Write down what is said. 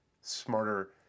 Smarter